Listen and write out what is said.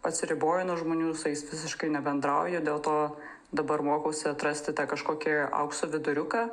atsiriboji nuo žmonių su jais visiškai nebendrauji dėl to dabar mokausi atrasti tą kažkokį aukso viduriuką